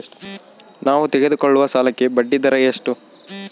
ನಾವು ತೆಗೆದುಕೊಳ್ಳುವ ಸಾಲಕ್ಕೆ ಬಡ್ಡಿದರ ಎಷ್ಟು?